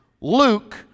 Luke